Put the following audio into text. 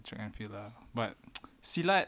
track and field lah but silat